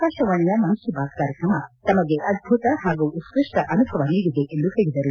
ಆಕಾಶವಾಣಿಯ ಮನ್ ಕಿ ಬಾತ್ ಕಾರ್ಯಕ್ರಮ ತಮಗೆ ಅದ್ಬುತ ಹಾಗೂ ಉತ್ಕ್ಪಷ್ಟ ಅನುಭವ ನೀಡಿದೆ ಎಂದು ಹೇಳಿದರು